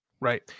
right